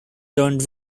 learned